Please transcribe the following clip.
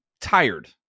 tired